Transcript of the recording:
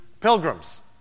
pilgrims